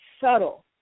subtle